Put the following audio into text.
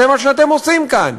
זה מה שאתם עושים כאן.